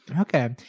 Okay